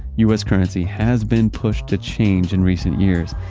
u s. currency had been pushed to change in recent years.